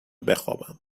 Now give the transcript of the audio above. بخوابم